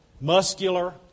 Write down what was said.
muscular